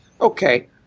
Okay